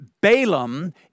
Balaam